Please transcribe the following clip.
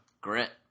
grit